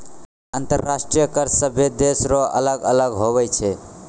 अंतर्राष्ट्रीय कर सभे देसो रो अलग अलग हुवै छै